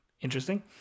interesting